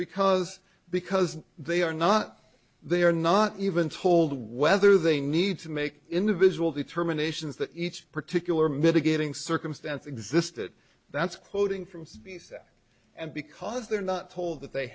because because they are not they are not even told whether they need to make individual determinations that each particular mitigating circumstance existed that's quoting from to be set and because they're not told that they